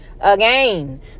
again